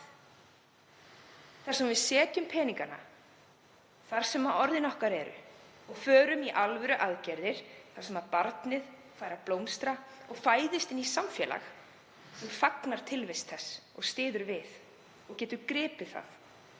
þar sem við setjum peningana þar sem orðin okkar eru og förum í alvöruaðgerðir þar sem barnið fær að blómstra og það fæðist inn í samfélag sem fagnar tilvist þess, styður við og getur gripið það